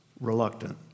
reluctant